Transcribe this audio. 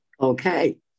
Okay